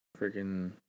Freaking